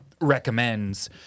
recommends